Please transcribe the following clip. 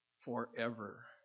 forever